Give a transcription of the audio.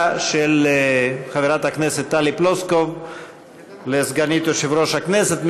של חברת הכנסת טלי פלוסקוב לסגנית יושב-ראש הכנסת.